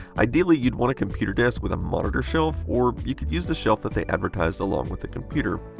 ideally you'd want a computer desk with a monitor shelf, or you could use the shelf that they advertised along with the computer.